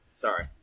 Sorry